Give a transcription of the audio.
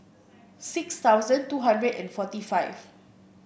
six thousand two hundred and forty five